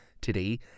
Today